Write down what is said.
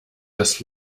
das